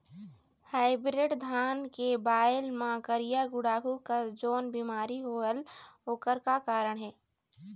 Hybrid धान के बायेल मां करिया गुड़ाखू कस जोन बीमारी होएल ओकर का कारण हे?